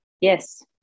yes